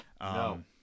No